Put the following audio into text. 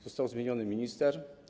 Został zmieniony minister.